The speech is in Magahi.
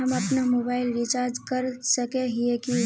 हम अपना मोबाईल रिचार्ज कर सकय हिये की?